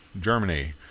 Germany